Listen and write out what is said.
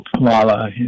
Lala